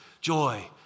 joy